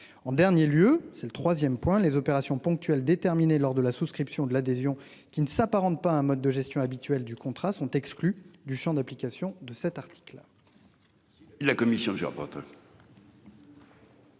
En dernier lieu, c'est le 3ème point les opérations ponctuelles déterminé lors de la souscription de l'adhésion, qui ne s'apparente pas un mode de gestion habituel du contrat sont exclus du Champ d'application de cet article.